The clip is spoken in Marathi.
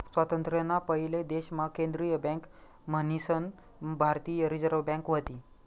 स्वातंत्र्य ना पयले देश मा केंद्रीय बँक मन्हीसन भारतीय रिझर्व बँक व्हती